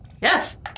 Yes